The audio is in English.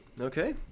Okay